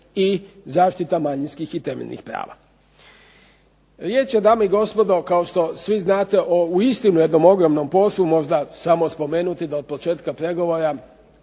i zaštita manjinskih i temeljnih prava. Riječ je, dame i gospodo, kao što svi znate o uistinu jednom ogromnom poslu. Možda samo spomenuti da je od početka pregovora